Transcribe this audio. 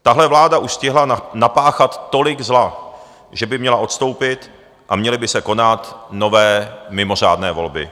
Tahle vláda už stihla napáchat tolik zla, že by měla odstoupit a měly by se konat nové mimořádné volby.